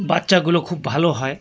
বাচ্চাগুলো খুব ভালো হয়